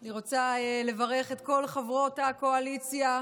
אני רוצה לברך את כל חברות הקואליציה,